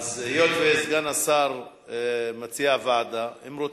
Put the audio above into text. היות שסגן השר מציע ועדה, אם רוצים,